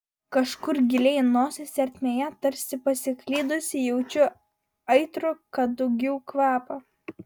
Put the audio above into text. kažkur giliai nosies ertmėje tarsi pasiklydusį jaučiu aitrų kadugių kvapą